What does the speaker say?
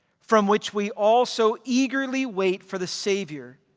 from which we also eagerly wait for the savior,